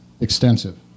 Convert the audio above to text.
extensive